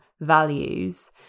values